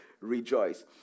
rejoice